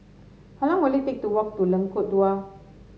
how long will it take to walk to Lengkok Dua